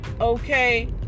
Okay